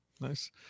Nice